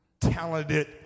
talented